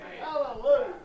Hallelujah